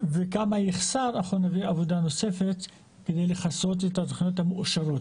וכמה יחסר אנחנו נביא עבודה נוספת כדי לכסות את התכניות המאושרות,